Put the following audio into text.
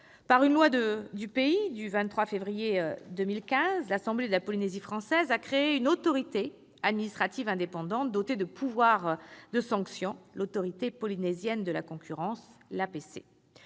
Par une loi du pays du 23 février 2015, l'Assemblée de la Polynésie française a créé une autorité administrative indépendante, dotée de pouvoirs de sanction, l'Autorité polynésienne de la concurrence, l'APC.